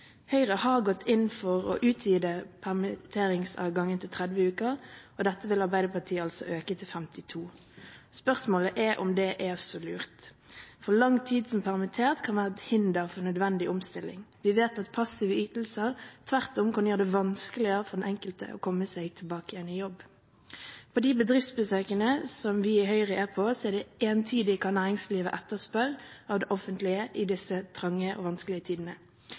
Høyre har gått inn for å utvide permitteringsadgangen til 30 uker, og dette vil Arbeiderpartiet altså øke til 52. Spørsmålet er om det er så lurt, for det å gå lang tid som permittert kan være et hinder for nødvendig omstilling. Vi vet at passive ytelser tvert om kan gjøre det vanskeligere for den enkelte å komme seg tilbake i jobb. På de bedriftsbesøkene som vi i Høyre er på, så er det entydig hva næringslivet etterspør av det offentlige i disse trange og vanskelige tidene,